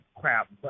crap